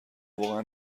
واقعا